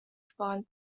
font